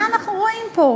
מה אנחנו רואים פה?